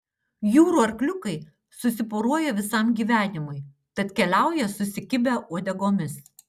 jūrų arkliukai susiporuoja visam gyvenimui tad keliauja susikibę uodegomis